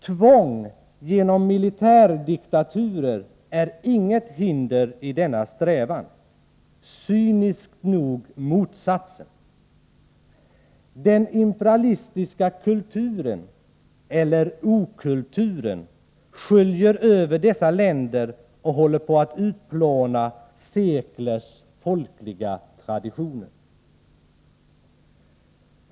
Tvång genom militärdiktaturer är inget hinder i denna strävan — cyniskt nog motsatsen. Den imperialistiska kulturen — eller okulturen — sköljer över dessa länder och håller på att utplåna seklers folkliga traditioner.